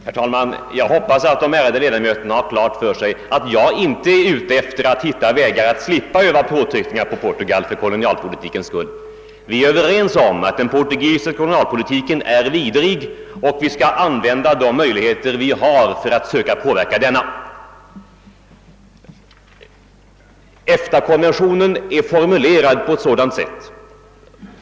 Herr talman! Jag hoppas att de ärade ledamöterna har klart för sig att jag inte är ute efter att finna skäl för att slippa utöva påtryckningar mot Portugal med anledning av dess kolonialpolitik. Vi är överens om att den portugisiska kolonialpolitiken är vidrig och att vi skall använda alla möjligheter att försöka påverka den.